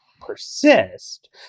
persist